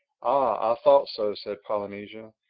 i thought so, said polynesia.